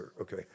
okay